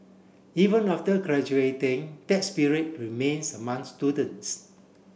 even after graduating that spirit remains among students